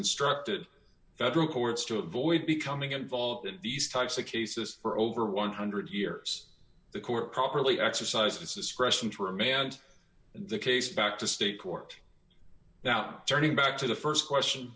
instructed federal courts to avoid becoming involved in these types of cases for over one hundred years the court properly exercised its discretion to remand the case back to state court now turning back to the st question